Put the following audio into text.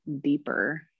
deeper